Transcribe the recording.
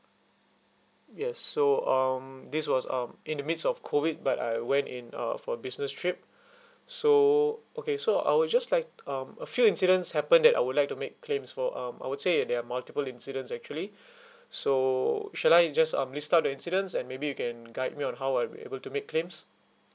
yes so um this was um in the midst of COVID but I went in uh for business trip so okay so I would just like um a few incidents happened that I would like to make claims for um I would say there are multiple incidents actually so should I just um list out the incidents and maybe you can guide me on how I'll be able to make claims